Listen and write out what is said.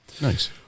Nice